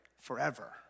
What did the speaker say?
forever